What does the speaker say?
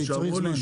צריך זמן.